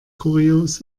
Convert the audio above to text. kurios